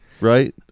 right